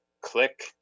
click